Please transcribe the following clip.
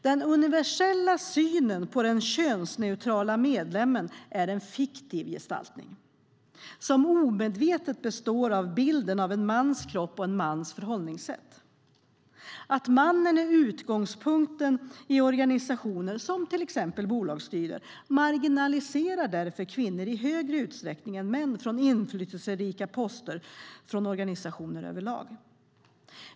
Den universella synen på den könsneutrala medlemmen är en fiktiv gestaltning som omedvetet består av bilden av en mans kropp och en mans förhållningssätt. Att mannen är utgångspunkten i organisationer, till exempel i bolagsstyrelser, marginaliserar därför kvinnor i större utsträckning än män från inflytelserika poster liksom från organisationer över lag.